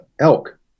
elk